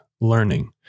learning